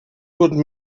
wurden